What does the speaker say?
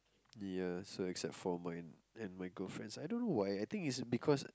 ya so except for mine and my girlfriend's I don't know why I think it's because